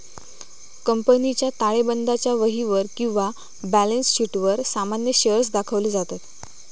कंपनीच्या ताळेबंदाच्या वहीवर किंवा बॅलन्स शीटवर सामान्य शेअर्स दाखवले जातत